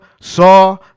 saw